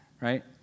right